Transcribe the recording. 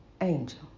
Angel